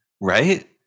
Right